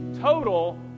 total